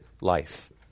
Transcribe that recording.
Life